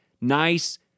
nice